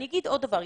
אני אומר עוד דבר.